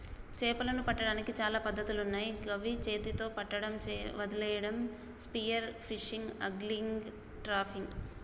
చేపలను పట్టడానికి చాలా పద్ధతులున్నాయ్ గవి చేతితొ పట్టడం, వలేయడం, స్పియర్ ఫిషింగ్, ఆంగ్లిగ్, ట్రాపింగ్